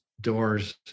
doors